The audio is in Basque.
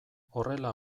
horrela